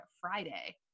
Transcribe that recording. friday